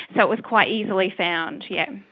so it was quite easily found, yes.